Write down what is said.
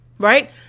right